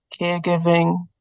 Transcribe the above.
caregiving